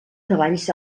cavalls